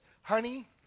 honey